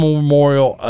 Memorial